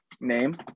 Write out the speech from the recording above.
name